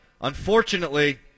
Unfortunately